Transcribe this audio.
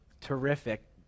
terrific